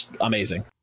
amazing